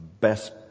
best